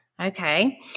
Okay